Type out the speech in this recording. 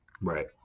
Right